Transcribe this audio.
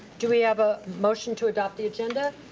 do we have a motion to adopt the agenda?